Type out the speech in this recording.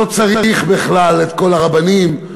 לא צריך בכלל את כל הרבנים,